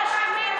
משה כחלון.